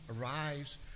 arise